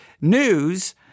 news